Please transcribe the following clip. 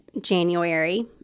January